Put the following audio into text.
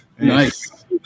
nice